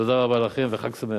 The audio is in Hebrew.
תודה רבה לכם וחג שמח.